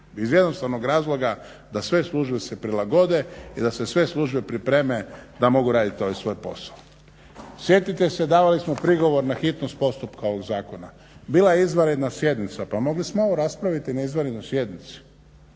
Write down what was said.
iz jednostavnog razloga da sve službe se prilagode i da se sve službe pripreme da mogu radit ovaj svoj posao. Sjetite se, davali smo prigovor na hitnost postupka ovog zakona. Bila je izvanredna sjednica, pa mogli smo ovo raspraviti na izvanrednoj sjednici,